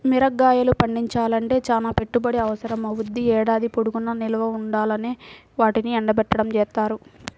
మిరగాయలు పండించాలంటే చానా పెట్టుబడి అవసరమవ్వుద్ది, ఏడాది పొడుగునా నిల్వ ఉండాలంటే వాటిని ఎండబెట్టడం జేత్తారు